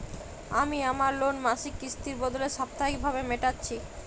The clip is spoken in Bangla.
আমি আমার লোন মাসিক কিস্তির বদলে সাপ্তাহিক ভাবে মেটাচ্ছি